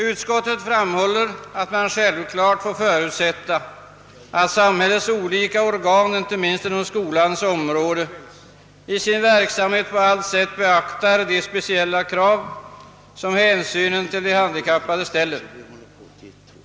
Utskottet framhåller, »att man självklart får förutsätta att samhällets olika organ, inte minst inom skolans område, i sin verksamhet på allt sätt beaktar de speciella krav som hänsynen till de handikappade ställer.